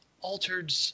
altered